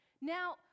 Now